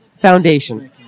Foundation